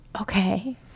okay